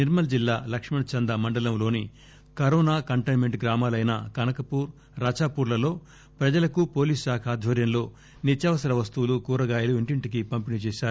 నిర్మల్ జిల్లా లక్ష్మణచందా మండలంలోని corona containment గ్రామాలైన కనకపూర్ రచాపూర్ లలో ప్రజలకు పోలీ శాఖ ఆధ్వర్యంలో నిత్యావసర వస్తువులు కూరగాయలు ఇంటింటికీ పంపిణీ చేశారు